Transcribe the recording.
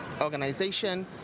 organization